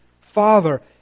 Father